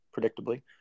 predictably